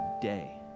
today